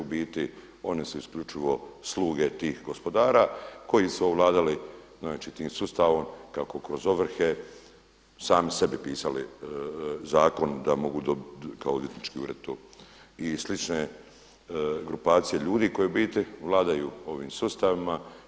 U biti oni su isključivo sluge tih gospodara koji su ovladali, znači tim sustavom kako kroz ovrhe sami sebi pisali zakon da mogu kao odvjetnički ured to i slične grupacije ljudi koje u biti vladaju ovim sustavima.